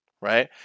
right